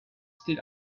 still